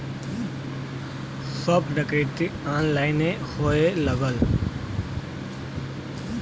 सब डकैती ऑनलाइने होए लगल